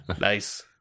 Nice